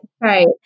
Right